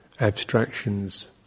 abstractions